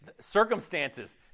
circumstances